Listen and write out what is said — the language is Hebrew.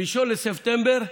ב-1 בספטמבר,